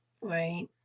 Right